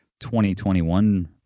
2021